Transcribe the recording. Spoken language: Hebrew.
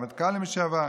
רמטכ"לים לשעבר,